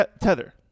Tether